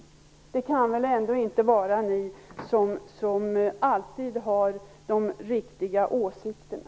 Det kan väl inte vara ni som alltid har de riktiga åsikterna.